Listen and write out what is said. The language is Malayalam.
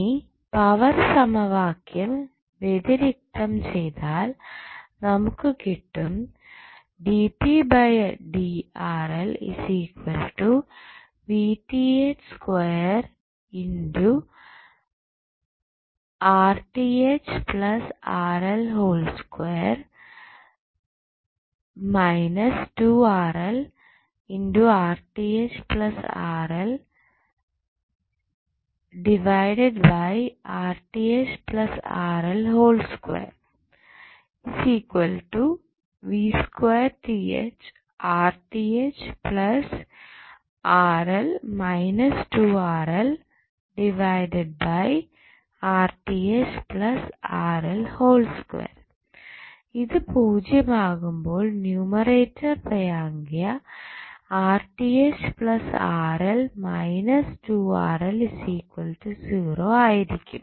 ഇനി പവർ സമവാക്യം വ്യതിരിക്തം ചെയ്താൽ നമുക്ക് കിട്ടും ഇത് പൂജ്യം ആക്കുമ്പോൾ ന്യൂമറേറ്റർ പ്രമേയാഖ്യ ആയിരിക്കും